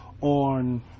on